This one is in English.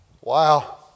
Wow